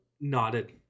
nodded